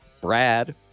Brad